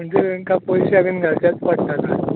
म्हणजे तेंका पयशे बीन घालचेत पडटा तर